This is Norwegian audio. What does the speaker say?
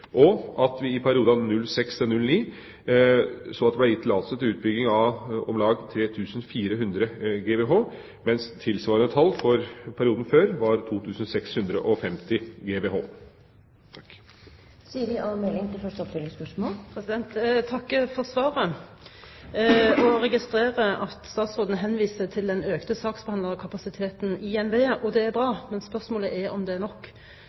utbygging av om lag 3 400 GWh, mens tilsvarende tall for perioden før var 2 650 GWh. Jeg vil takke for svaret. Jeg registrerer at statsråden henviser til den økte saksbehandlingskapasiteten i NVE. Det er bra, men spørsmålet er om det er nok.